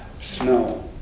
Snow